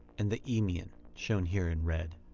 and the eemian, shown here in red.